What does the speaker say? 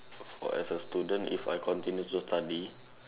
uh as a student if I continue to study